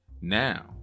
Now